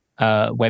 Web